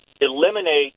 eliminate